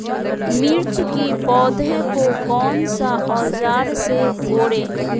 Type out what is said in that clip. मिर्च की पौधे को कौन सा औजार से कोरे?